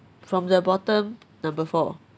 from the bottom number four